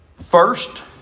First